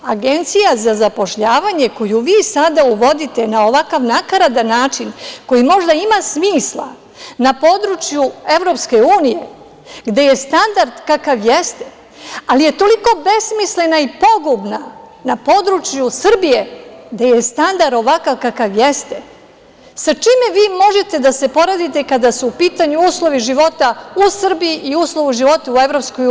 Agencija za zapošljavanje koju vi sada uvodite na ovakav nakaradan način, koji možda ima smisla na području EU gde je standard kakav jeste, ali je toliko besmislena i pogubna na području Srbije gde je standard ovakav kakav jeste, sa čime vi možete da se poredite kada su u pitanju uslovi života u Srbiji i uslovi života u EU?